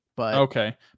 Okay